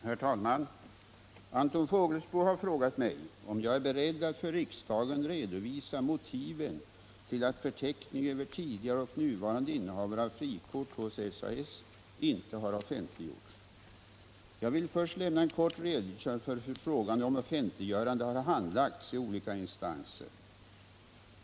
Herr talman! Anton Fågelsbo har frågat mig om jag är beredd att för riksdagen redovisa motiven till att förteckningen över tidigare och nuvarande innehavare av frikort hos SAS inte har offentliggjorts. Jag vill först lämna en kort redogörelse för hur frågan om offentliggörande har handlagts i olika instanser.